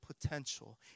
potential